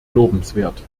lobenswert